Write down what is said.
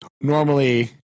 normally